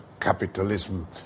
capitalism